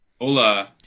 Hola